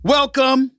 Welcome